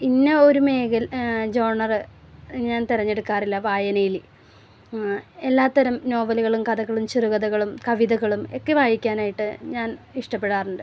ഇന്ന ഒരു മേഖല ജോണർ ഞാൻ തിരഞ്ഞെടുക്കാറില്ല വായനയിൽ എല്ലാത്തരം നോവലുകളും കഥകളും ചെറുകഥകളും കവിതകളും ഒക്കെ വായിക്കാനായിട്ട് ഞാൻ ഇഷ്ടപ്പെടാറുണ്ട്